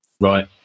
Right